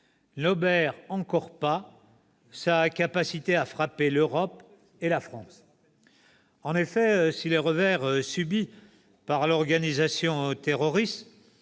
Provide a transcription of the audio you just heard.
n'obère pas encore sa capacité à frapper l'Europe et la France. En effet, si les revers subis par l'organisation terroriste